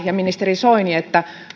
ja ministeri soini äärimmäisen tärkeää